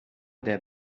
der